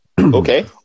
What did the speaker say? Okay